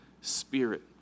Spirit